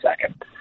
second